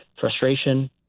frustration